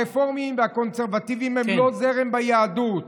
הרפורמים והקונסרבטיבים הם לא זרם ביהדות,